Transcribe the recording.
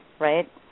right